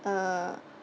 uh